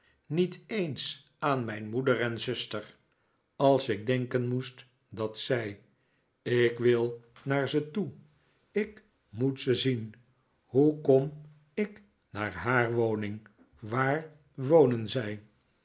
niet eens aan mijn moeder en zuster ais ik denken moest dat zij ik wil naar ze toe ik moet ze zien hoe kom ik naar haar woning waar wonen zij